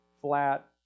flat